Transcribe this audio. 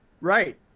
Right